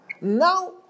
now